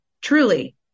Truly